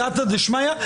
דשמייא.